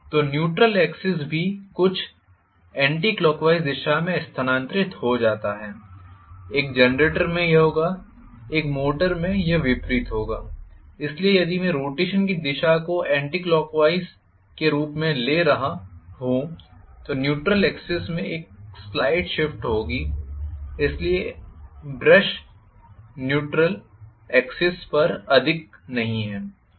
तो neutral axis भी कुछ एंटी क्लॉकवाइज़ दिशा में स्थानांतरित हो जाता है एक जनरेटर में यह होगा एक मोटर में यह विपरीत होगा इसलिए यदि मैं रोटेशन की दिशा को एंटी क्लॉकवाइज़ के रूप में ले रहा हूं तो न्यूट्रल एक्सिस में एक स्लाइड शिफ्ट होगी इसलिए अब ब्रश न्यूट्रल एक्सिस पर अधिक नहीं है